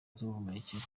z’ubuhumekero